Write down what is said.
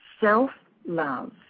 self-love